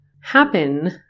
happen